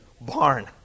barn